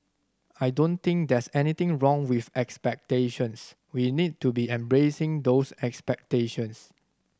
I don't think there's anything wrong with expectations we need to be embracing those expectations